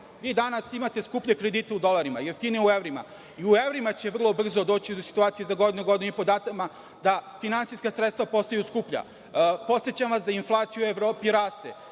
vi danas imate skuplje kredite u dolarima, jeftinije u evrima. U evrima će vrlo brzo doći do situacije za godinu, godinu i po dana da finansijska sredstva postaju skuplja. Podsećam vas da inflacija u Evropi raste,